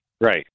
Right